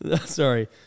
Sorry